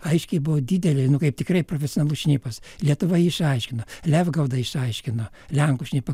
aiškiai buvo didelė nu kaip tikrai profesionalus šnipas lietuva jį išaiškino levgaudą išsiaiškino lenkų šnipą